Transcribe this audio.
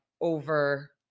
over